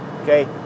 okay